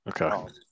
Okay